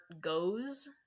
goes